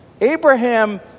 Abraham